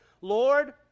Lord